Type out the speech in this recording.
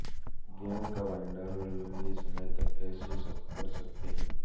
गेहूँ का भण्डारण लंबे समय तक कैसे कर सकते हैं?